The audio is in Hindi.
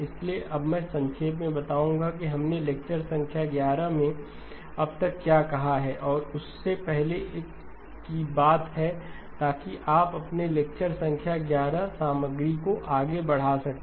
इसलिए मैं अभी संक्षेप में बताऊं कि हमने लेक्चर संख्या 11 में अब तक क्या कहा है और उससे एक पहले की बात है ताकि हम अपने लेक्चर संख्या 11 सामग्री को आगे बढ़ा सकें